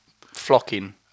flocking